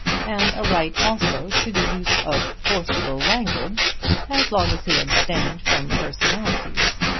and a right also to the use of forcible language as long as he abstained from personalities.